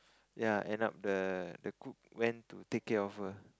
ya end up the the cook went to take care of her